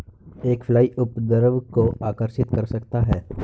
एक फ्लाई उपद्रव को आकर्षित कर सकता है?